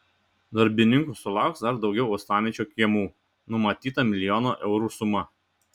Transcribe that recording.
darbininkų sulauks dar daugiau uostamiesčio kiemų numatyta milijono eurų suma